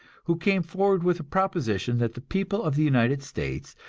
who came forward with a proposition that the people of the united states,